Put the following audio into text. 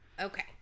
Okay